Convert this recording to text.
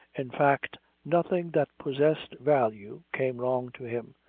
in fact, nothing that possessed value came wrong to him,